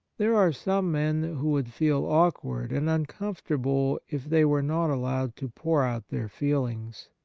there are some men who would feel awkward and uncomfortable if they were not allowed to pour out their feelings.